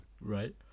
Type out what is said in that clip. Right